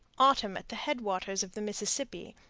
autumn at the head-waters of the mississippi,